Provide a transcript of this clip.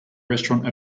restaurant